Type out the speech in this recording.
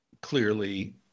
clearly